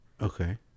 Okay